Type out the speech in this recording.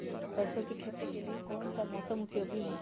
सरसो की खेती के लिए कौन सा मौसम उपयोगी है?